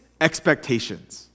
expectations